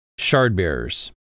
Shardbearers